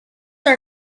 are